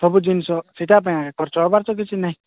ସବୁ ଜିନିଷ ସେଟା ପାଇଁ ଏକା ଖର୍ଚ୍ଚ ବାର୍ଚ୍ଚ କିଛି ନାଇଁ